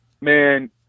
man